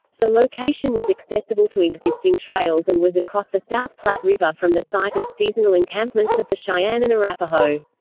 the location was accessible to existing trails and was across the south platte river from the site of seasonal encampments of the cheyenne and arapaho.